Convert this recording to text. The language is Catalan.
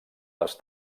les